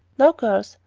now, girls,